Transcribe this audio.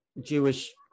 Jewish